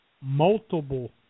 Multiple